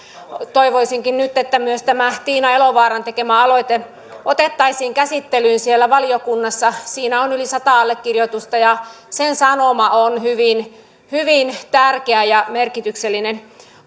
toivoisinkin nyt että myös tämä tiina elovaaran tekemä aloite otettaisiin käsittelyyn siellä valiokunnassa siinä on yli sata allekirjoitusta ja sen sanoma on hyvin hyvin tärkeä ja merkityksellinen